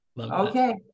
okay